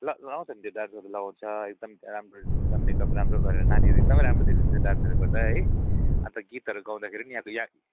ल लगाउँछ नि त्यो डान्स गर्दा लगाउँछ एकदम राम मेकअप राम्रो गरेर नानीहरू एकदमै राम्रो देख्छ त्यो डान्सहरू गर्दा है अन्त गीतहरू गाउँदाखेरिम पनि आबो याँको